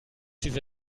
diese